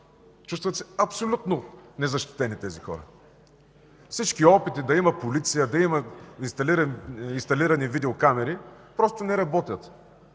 Чувстват се абсолютно незащитени. Всички опити да има полиция, да има инсталирани видеокамери, просто не работят.